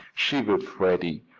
shivered freddie.